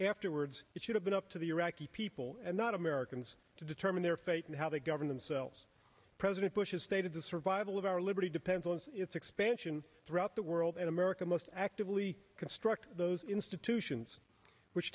afterwards it should have been up to the iraqi people and not americans to determine their fate and how they govern themselves president bush's state of the survival of our liberty depends on its expansion throughout the world and america must actively construct those institutions which